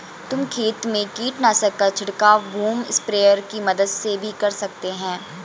तुम खेत में कीटनाशक का छिड़काव बूम स्प्रेयर की मदद से भी कर सकते हो